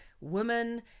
women